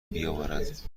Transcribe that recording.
بیاورد